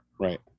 Right